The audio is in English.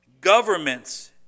governments